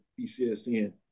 PCSN